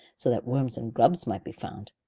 so that worms and grubs might be found,